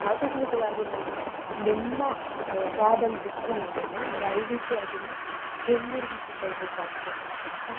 ಆಕಸ್ಮಿಕವಾಗಿ ನಾನು ನಿಮ್ಮ ಕ್ಯಾಬಲ್ಲಿ ಬಿಟ್ಬಂದಿದ್ದೇನೆ ದಯವಿಟ್ಟು ಅದನ್ನು ಹಿಂದಿರುಗಿಸಿ ಕೊಡಲಿಕ್ಕಾಗ್ತದಾ ಅಂತ